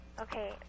Okay